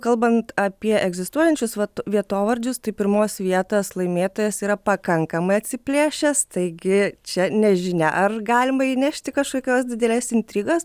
kalbant apie egzistuojančius vat vietovardžius tai pirmos vietos laimėtojas yra pakankamai atsiplėšęs taigi čia nežinia ar galima įnešti kažkokios didelės intrigos